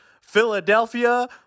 Philadelphia